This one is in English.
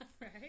Right